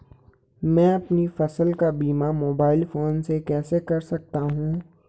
मैं अपनी फसल का बीमा मोबाइल फोन से कैसे कर सकता हूँ?